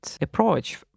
approach